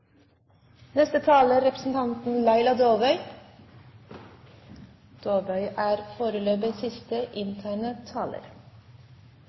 Neste taler er Lars Peder Brekk. Han er foreløpig siste inntegnede taler.